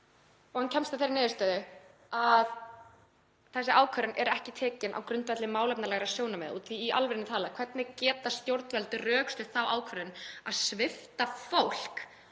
Hann kemst að þeirri niðurstöðu að þessi ákvörðun sé ekki tekin á grundvelli málefnalegra sjónarmiða af því að í alvörunni talað, hvernig geta stjórnvöld rökstutt þá ákvörðun að svipta fólk,